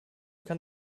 kann